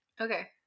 okay